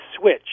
switch